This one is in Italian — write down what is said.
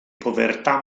povertà